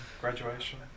graduation